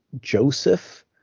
Joseph